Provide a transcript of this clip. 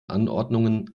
anordnungen